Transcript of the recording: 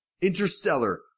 Interstellar